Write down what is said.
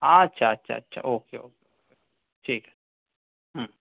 আচ্ছা আচ্ছা আচ্ছা ওকে ওকে ওকে ঠিক আছে হুম